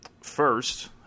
First